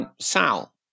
Sal